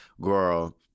girl